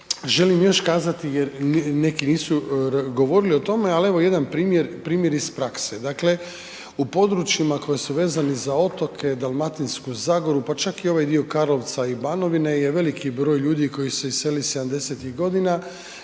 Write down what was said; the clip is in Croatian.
želim još kazati jer neki nisu govorili o tome, ali evo jedan primjer iz prakse. Dakle, u područjima koji su vezani za otoke, Dalmatinsku Zagoru, pa čak i ovaj dio Karlovca i Banovine je veliki broj ljudi koji su se iselili 70.-tih godina